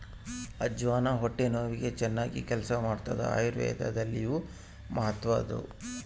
ಅಜ್ವಾನ ಹೊಟ್ಟೆ ನೋವಿಗೆ ಚನ್ನಾಗಿ ಕೆಲಸ ಮಾಡ್ತಾದ ಆಯುರ್ವೇದದಲ್ಲಿಯೂ ಮಹತ್ವದ್ದು